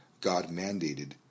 God-mandated